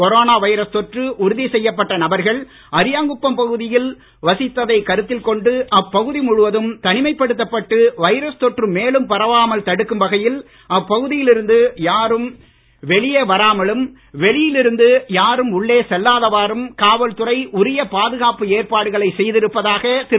corona virus தொற்று உறுதி செய்யப்பட்ட நபர்கள் அரியாங்குப்பம் பகுதியில் வசித்ததை கருத்தில் கொண்டு அப்பகுதி முழுவதும் தனிமைப் படுத்தப்பட்டு வைரஸ் தொற்று மேலும் பரவாமல் தடுக்கும் வகையில் அப்பகுதியில் இருந்து யாரும் வெளியே வராமலும் வெளியில் இருந்து யாரும் உள்ளே செல்லாதவாறும் காவல்துறை உரிய பாதுகாப்பு ஏற்பாடுகளை செய்திருப்பதாக திரு